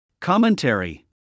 Commentary